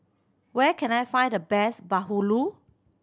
where can I find the best Bahulu